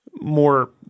more